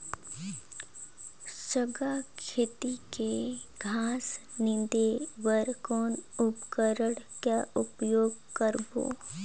साग खेती के घास निंदे बर कौन उपकरण के उपयोग करबो?